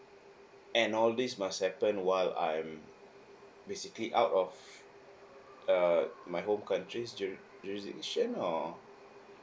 and all these must happen while I'm basically out of err my home country's juri~ jurisdiction or